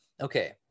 okay